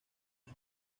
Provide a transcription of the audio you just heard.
vez